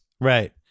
Right